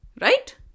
Right